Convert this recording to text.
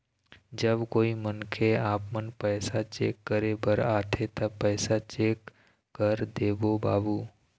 जब कोई मनखे आपमन पैसा चेक करे बर आथे ता पैसा चेक कर देबो बाबू?